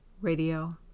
Radio